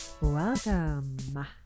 Welcome